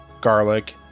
garlic